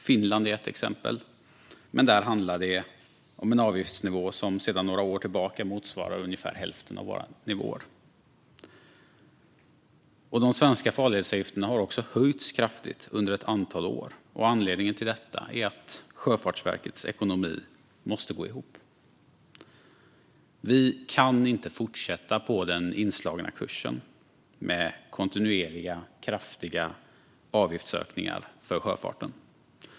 Finland är ett exempel, men där handlar det om en avgiftsnivå som sedan några år tillbaka motsvarar ungefär hälften av våra nivåer. De svenska farledsavgifterna har också höjts kraftigt under ett antal år. Anledningen till detta är att Sjöfartsverkets ekonomi måste gå ihop. Vi kan inte fortsätta på den inslagna kursen med kontinuerliga, kraftiga avgiftsökningar för sjöfarten.